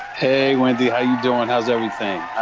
hey wendy how you doing? how's everything,